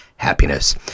happiness